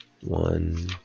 one